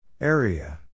Area